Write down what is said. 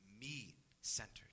me-centered